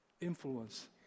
influence